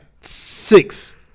six